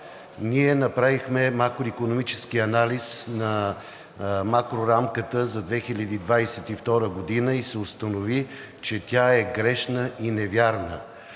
Ние направихме макроикономическия анализ на макрорамката за 2022 г. и се установи, че тя е грешна и невярна.